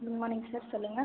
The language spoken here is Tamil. குட் மார்னிங் சார் சொல்லுங்கள்